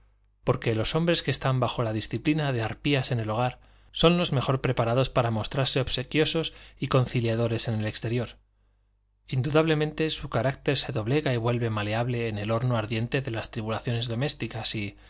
porque los hombres que están bajo la disciplina de arpías en el hogar son los mejor preparados para mostrarse obsequiosos y conciliadores en el exterior indudablemente su carácter se doblega y vuelve maleable en el horno ardiente de las tribulaciones domésticas y